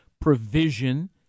provision